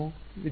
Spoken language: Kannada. ವಿದ್ಯಾರ್ಥಿ ಬಿ